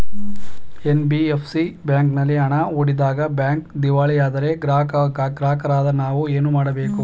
NBFC ಬ್ಯಾಂಕಿನಲ್ಲಿ ಹಣ ಹೂಡಿದಾಗ ಬ್ಯಾಂಕ್ ದಿವಾಳಿಯಾದರೆ ಗ್ರಾಹಕರಾದ ನಾವು ಏನು ಮಾಡಬೇಕು?